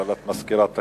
אבל את מזכירת הכנסת.